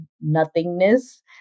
nothingness